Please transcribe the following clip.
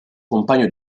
compagno